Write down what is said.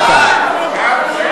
דקה.